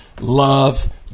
love